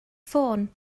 ffôn